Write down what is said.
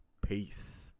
peace